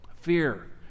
Fear